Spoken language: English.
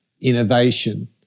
innovation